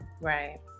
Right